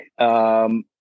Okay